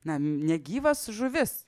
na negyvas žuvis